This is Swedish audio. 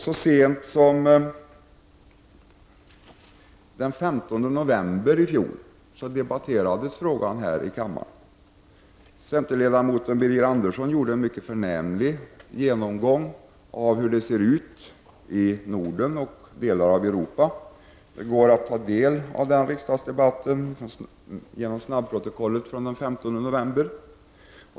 Så sent som den 15 november i fjol debatterades frågan här i kammaren. Centerledamoten Birger Andersson gjorde en mycket förnämlig genomgång av hur det ser ut i Norden och i delar av Europa. Det går att ta del av den riksdagsdebatten genom snabbprotokollet från den 15 november.